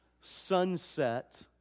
sunset